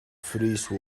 freeze